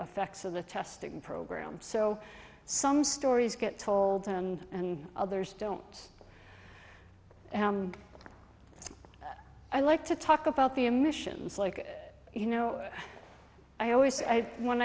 effects of the testing program so some stories get told and others don't i like to talk about the emissions like you know i always say when